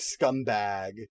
scumbag